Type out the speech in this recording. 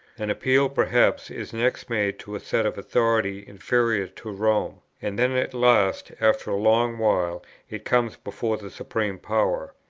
an appeal perhaps is next made to a seat of authority inferior to rome and then at last after a long while it comes before the supreme power.